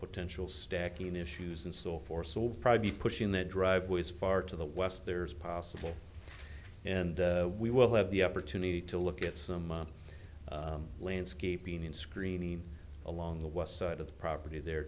potential stacking issues and so forth so probably pushing the driveway as far to the west there as possible and we will have the opportunity to look at some landscaping in screening along the west side of the property there